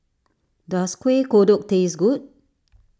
does Kueh Kodok taste good